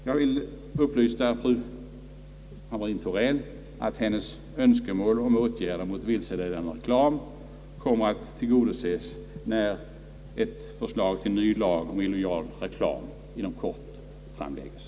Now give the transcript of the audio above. Jag vill nu upplysa fru Hamrin-Thorell, att hennes önskemål om åtgärder mot vilseledande reklam kommer att tillgodoses när ett förslag till ny lag om illojal reklam inom kort framlägges.